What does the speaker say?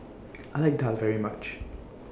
I like Daal very much